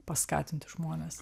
paskatinti žmones